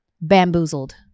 bamboozled